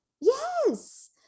Yes